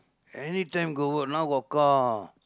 anytime got work now got car